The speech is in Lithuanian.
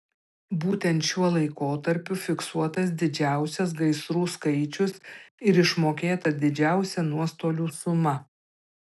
būtent šiuo laikotarpiu fiksuotas didžiausias gaisrų skaičius ir išmokėta didžiausia nuostolių suma